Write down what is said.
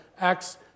Acts